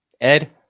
Ed